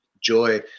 joy